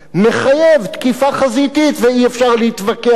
ואם אי-אפשר להתווכח עם המשפטנות שבדוח,